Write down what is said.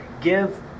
give